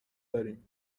داریم